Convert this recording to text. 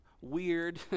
weird